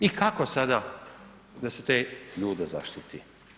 I kako sada da se te ljude zaštiti?